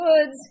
Woods